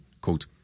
quote